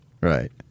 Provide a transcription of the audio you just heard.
Right